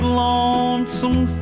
lonesome